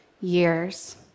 years